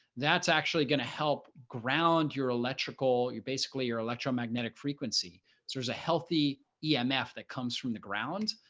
that's actually going to help ground your electrical your basically your electromagnetic frequency. so there's a healthy yeah um emf that comes from the ground.